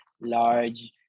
large